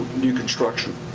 new construction.